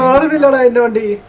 hundred and ninety